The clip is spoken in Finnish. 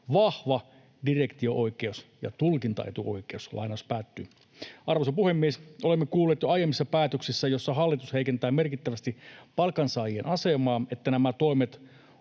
vahva direktio-oikeus ja tulkintaetuoikeus”. Arvoisa puhemies! Olemme kuulleet jo aiemmissa päätöksissä, joissa hallitus heikentää merkittävästi palkansaajien asemaa, että nämä toimet